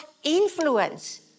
Influence